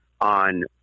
on